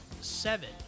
seven